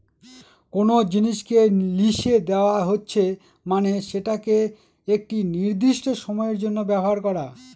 কোনো জিনিসকে লিসে দেওয়া হচ্ছে মানে সেটাকে একটি নির্দিষ্ট সময়ের জন্য ব্যবহার করা